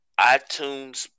iTunes